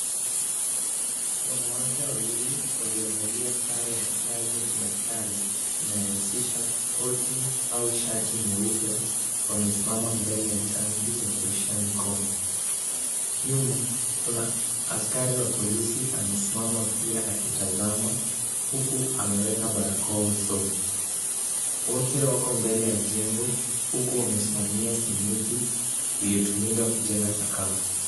Wanawake wawili waliovalia sare ya kikazi ya kidaktari inayohusisha koti au shati nyeupe, wamesimama mbele ya tanki ya kuoshea mikono. Nyuma, kuna askari wa polisi amesimama pia akitazama huku ameweka barakoa usoni. Wote wako mbele ya jengo huku wamesimamia simiti iliyotumika kujenga sakafu.